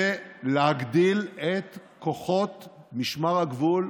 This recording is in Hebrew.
הוא להגדיל את כוחות משמר הגבול,